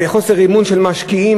חוסר אמון של משקיעים,